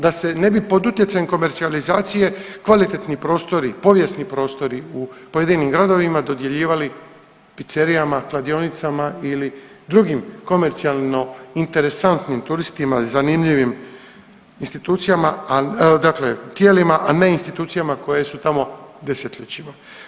Da se ne bi pod utjecajem komercijalizacije kvalitetni prostori, povijesni prostori u pojedinim gradovima dodjeljivali pizzerijama, kladionicama ili drugim komercijalno interesantnim turistima i zanimljivim institucija, dakle tijelima, a ne institucijama koje su tamo 10-ljećima.